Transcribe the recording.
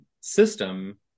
system